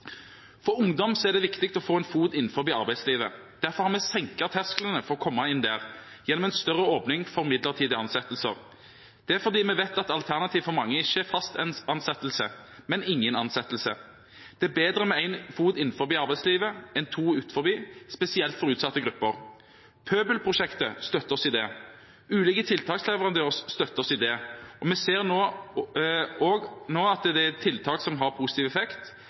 For ungdom er det viktig å få en fot innenfor arbeidslivet. Derfor har vi senket terskelen for å komme inn gjennom en større åpning for midlertidig ansettelser. Det er fordi vi vet at alternativet for mange ikke er fast ansettelse, men ingen ansettelse. Det er bedre med en fot innenfor arbeidslivet enn to utenfor, spesielt for utsatte grupper. Pøbelprosjektet støtter oss i det. Ulike tiltaksleverandører støtter oss i det, og vi ser nå at det er tiltak som har positiv effekt.